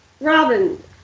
Robin